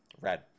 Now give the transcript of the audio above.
red